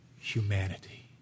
humanity